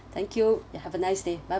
thank you ya have a nice day bye